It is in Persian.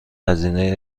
هزینه